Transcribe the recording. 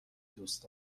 دوست